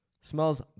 Smells